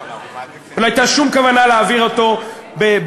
לא הייתה שום כוונה להעביר אותו בלילה.